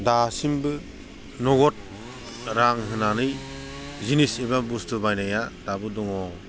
दासिमबो नोगोद रां होनानै जिनिस एबा बुस्तु बायनाया दाबो दङ